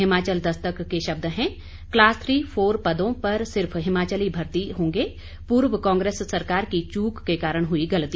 हिमाचल दस्तक के शब्द हैं क्लास थ्री फोर पदों पर सिर्फ हिमाचली भर्ती होंगे पूर्व कांग्रेस सरकार की चूक के कारण हुई गलती